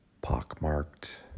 pockmarked